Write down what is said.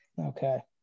okay